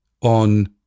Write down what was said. on